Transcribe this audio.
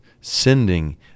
sending